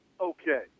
Okay